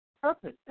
purpose